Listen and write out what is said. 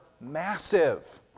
massive